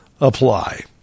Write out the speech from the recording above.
apply